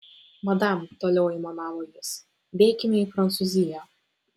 madam toliau aimanavo jis bėkime į prancūziją